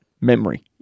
Memory